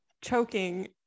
choking